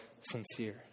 sincere